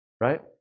Right